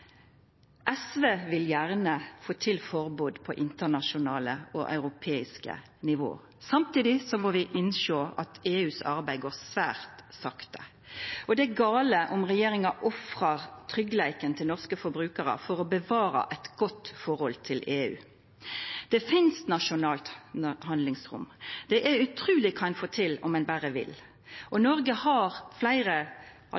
SV vil gjerne få til forbod på internasjonalt og europeisk nivå. Samtidig må vi innsjå at EUs arbeid går svært sakte, og det er gale om regjeringa ofrar tryggleiken til norske forbrukarar for å bevara eit godt forhold til EU. Det finst nasjonalt handlingsrom. Det er utruleg kva ein får til om ein berre vil.